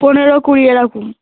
পনেরো কুড়ি এরকম